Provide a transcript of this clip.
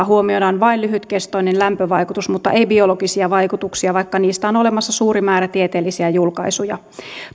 huomioidaan vain lyhytkestoinen lämpövaikutus mutta ei biologisia vaikutuksia vaikka niistä on olemassa suuri määrä tieteellisiä julkaisuja